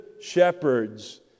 shepherds